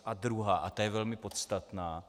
A druhá a ta je velmi podstatná.